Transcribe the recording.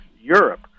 Europe